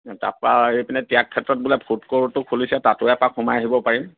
তাৰপা এইপিনে ত্যাগ ক্ষেত্ৰত বোলে ফুডক'ৰটো খুলিছে তাতো এপাক সোমাই আহিব পাৰিম